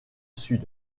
sud